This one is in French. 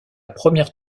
première